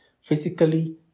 physically